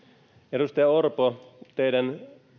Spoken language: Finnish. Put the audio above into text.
edustaja orpo teidän